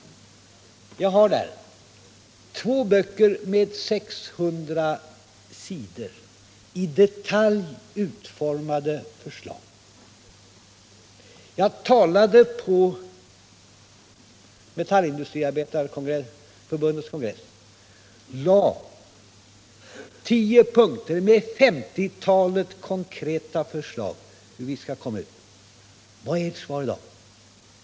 Jag har här två böcker på sammanlagt 600 sidor med i detalj utformade förslag. Jag talade på Metalls kongress och lade fram 10 punkter med 50-talet konkreta förslag om vad vi bör göra. Vilket är ert svar i dag?